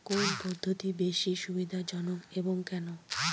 কোন পদ্ধতি বেশি সুবিধাজনক এবং কেন?